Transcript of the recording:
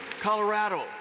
Colorado